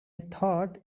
thought